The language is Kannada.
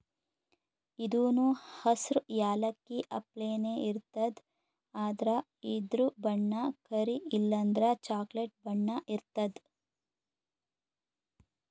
ಇದೂನು ಹಸ್ರ್ ಯಾಲಕ್ಕಿ ಅಪ್ಲೆನೇ ಇರ್ತದ್ ಆದ್ರ ಇದ್ರ್ ಬಣ್ಣ ಕರಿ ಇಲ್ಲಂದ್ರ ಚಾಕ್ಲೆಟ್ ಬಣ್ಣ ಇರ್ತದ್